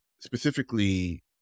specifically